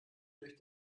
durch